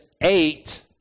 eight